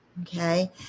Okay